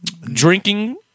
drinking